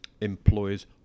employers